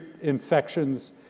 Infections